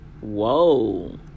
Whoa